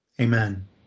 amen